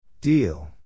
Deal